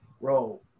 Bro